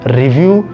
review